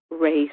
race